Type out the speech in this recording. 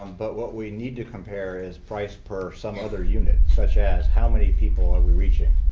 um but what we need to compare is price per some other unit, such as how many people are we reaching.